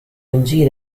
kunci